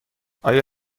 آیا